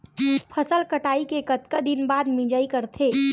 फसल कटाई के कतका दिन बाद मिजाई करथे?